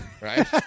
right